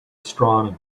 astronomy